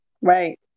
Right